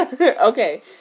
okay